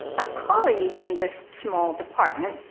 a colleague in this small department,